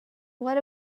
what